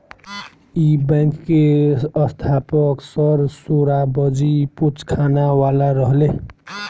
इ बैंक के स्थापक सर सोराबजी पोचखानावाला रहले